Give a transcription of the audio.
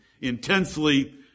intensely